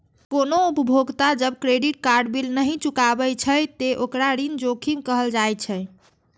कोनो उपभोक्ता जब क्रेडिट कार्ड बिल नहि चुकाबै छै, ते ओकरा ऋण जोखिम कहल जाइ छै